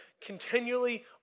continually